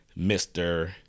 Mr